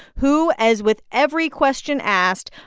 who, as with every question asked,